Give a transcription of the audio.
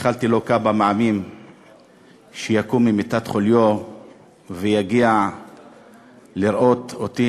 איחלתי לו כמה פעמים שיקום ממיטת חוליו ויגיע לראות אותי,